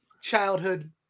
childhood